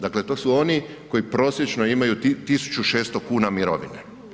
Dakle, to su oni koji prosječno imaju 1.600 kuna mirovine.